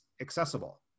accessible